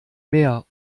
mehr